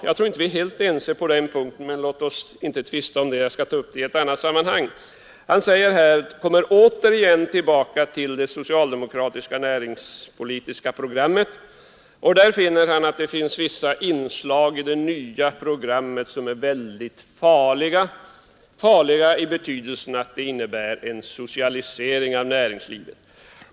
Jag tror inte att vi är helt ense på den punkten, men låt oss inte nu tvista om den saken — jag skall ta upp den i ett annat sammanhang. Herr Wirtén kommer återigen tillbaka till det socialdemokratiska näringspolitiska programmet och säger att i det fria programmet finns vissa inslag som är mycket farliga — farliga därför att de innebär en socialisering av näringslivet.